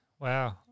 Wow